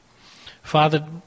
Father